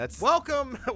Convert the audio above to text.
Welcome